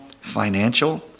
financial